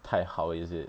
太好 is it